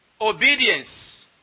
Obedience